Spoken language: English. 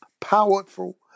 powerful